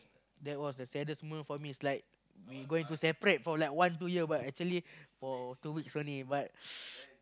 that was the saddest moment for me is like we going to separate for like one two year but actually for two weeks only but